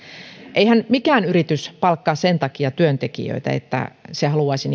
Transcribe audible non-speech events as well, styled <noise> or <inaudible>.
eihän mikään yritys palkkaa sen takia työntekijöitä että se haluaisi <unintelligible>